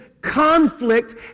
conflict